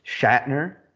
Shatner